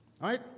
Right